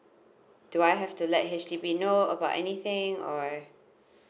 do I have to let H_D_B know about anything or